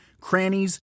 crannies